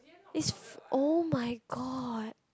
is oh-my-god